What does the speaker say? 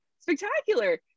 spectacular